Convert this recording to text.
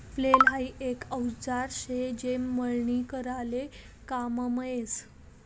flail हाई एक औजार शे जे मळणी कराले काममा यस